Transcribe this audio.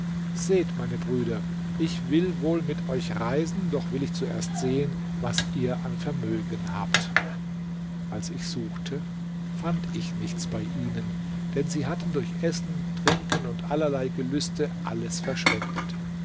seht meine brüder ich will wohl mit euch reisen doch will ich zuerst sehen was ihr an vermögen habt als ich suchte fand ich nichts bei ihnen denn sie hatten durch essen trinken und allerlei gelüste alles verschwendet